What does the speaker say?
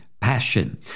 passion